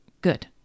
good